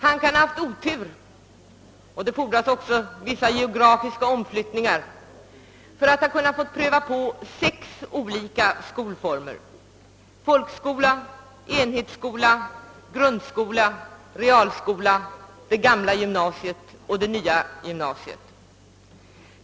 Om de haft otur och dessutom varit med om vissa geografiska omflyttningar kan de ha fått pröva på sex olika skolformer: folkskola, enhetsskola, grundskola, realskola, det gamla gymnasiet och det nya gymnasiet.